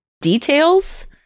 details